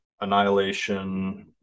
Annihilation